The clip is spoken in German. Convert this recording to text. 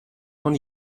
von